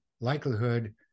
likelihood